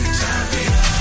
champion